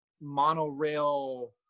monorail